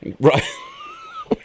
Right